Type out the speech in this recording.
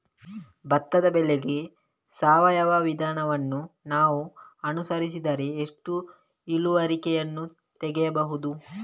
ಭತ್ತದ ಬೆಳೆಗೆ ಸಾವಯವ ವಿಧಾನವನ್ನು ನಾವು ಅನುಸರಿಸಿದರೆ ಎಷ್ಟು ಇಳುವರಿಯನ್ನು ತೆಗೆಯಬಹುದು?